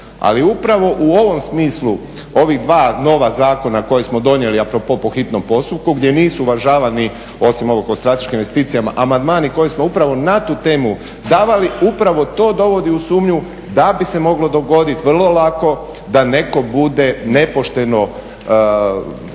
Ali upravo u ovom smislu ovih dva nova zakona koje smo donijeli a propos po hitnom postupku gdje nisu uvažavani, osim ovog o strateškim investicijama amandmani koje smo upravo na tu temu davali upravo to dovodi u sumnju da bi se moglo dogoditi vrlo lako da netko bude nepošteno